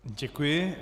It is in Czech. Děkuji.